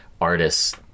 artists